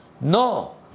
No